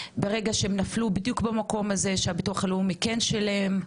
ברגע שהם נפלו בדיוק במקום הזה שהביטוח הלאומי כן שילם,